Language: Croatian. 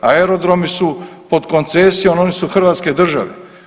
Aerodromi su pod koncesijom, oni su Hrvatske države.